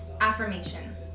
affirmation